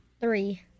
Three